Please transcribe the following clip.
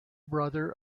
brother